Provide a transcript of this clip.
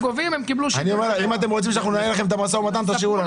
בפורטוגל 3.19 ובאיחוד האמירויות 2.72. כלומר אנחנו משלמים פי שניים.